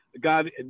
God